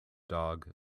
dog